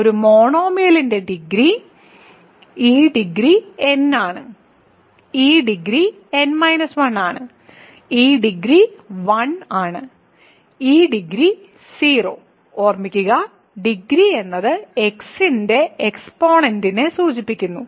ഒരു മോണോമിയലിന്റെ ഡിഗ്രി ഈ ഡിഗ്രി n ആണ് ഈ ഡിഗ്രി n 1 ആണ് ഈ ഡിഗ്രി 1 ആണ് ഈ ഡിഗ്രി 0 ഓർമ്മിക്കുക ഡിഗ്രി എന്നത് x ന്റെ എക്സ്പോണന്റിനെ സൂചിപ്പിക്കുന്നു